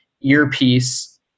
earpiece